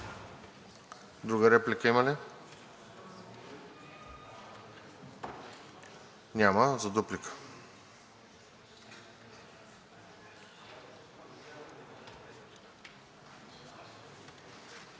Друга реплика има ли? Няма. За дуплика.